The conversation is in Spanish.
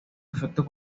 efectos